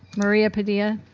maria padilla?